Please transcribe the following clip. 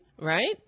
right